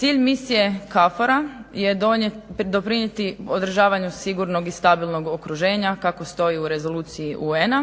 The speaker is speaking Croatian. Cilj misije KFOR-a je doprinijeti održavanju sigurnog i stabilnog okruženja kako stoji u Rezoluciji UN-a,